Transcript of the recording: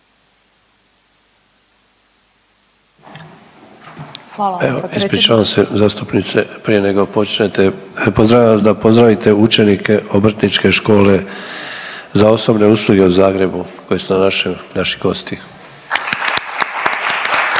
Evo ispričavam se zastupnice, prije nego počnete pozdravljam vas da pozdravite učenike Obrtničke škole za osobne usluge u Zagrebu koji su na našem, naši